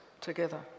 together